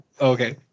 Okay